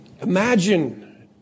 Imagine